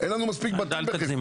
אל תגזים.